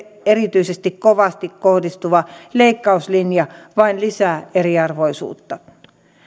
erityisen kovasti kohdistuva leikkauslinja vain lisää eriarvoisuutta